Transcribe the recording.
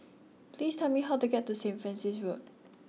please tell me how to get to St Francis Road